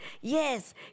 yes